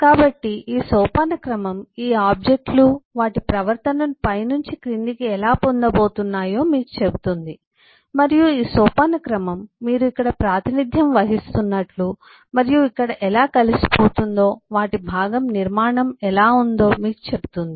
కాబట్టి ఈ సోపానక్రమం ఈ ఆబ్జెక్ట్లు వాటి ప్రవర్తనను పైనుంచి క్రిందికి ఎలా పొందబోతున్నాయో మీకు చెబుతుంది మరియు ఈ సోపానక్రమం మీరు ఇక్కడ ప్రాతినిధ్యం వహిస్తున్నట్లు మరియు ఇక్కడ ఎలా కలిసిపోతుందో వాటి భాగం నిర్మాణం ఎలా ఉందో మీకు చెబుతుంది